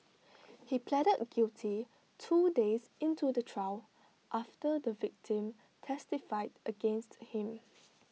he pleaded guilty two days into the trial after the victim testified against him